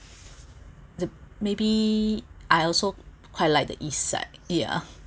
the maybe I also quite like the east side yeah